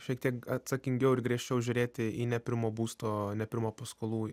šiek tiek atsakingiau ir griežčiau žiūrėti į neprimo būsto nepirmo paskolų